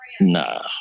Nah